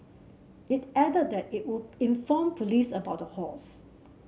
it added that it would inform police about the hoax